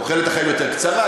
תוחלת החיים יותר קצרה,